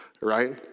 Right